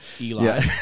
Eli